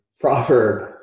proverb